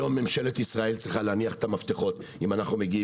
היום ממשלת ישראל צריכה להניח את המפתחות אם אנחנו מגיעים